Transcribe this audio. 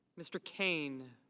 mr. kane.